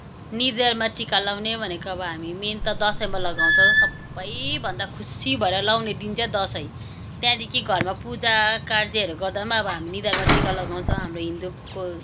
निधारमा टिका लाउने भनेको अब हामी मेन त दसैँमा लगाउँछौँ सबैभन्दा खुसी भएर लाउने दिन चाहिँ दसैँ हो त्यहाँदेखि घरमा पूजा कार्जेहरू गर्दा पनि अब हामी निधारमा टिका लगाउँछ हाम्रो हिन्दूको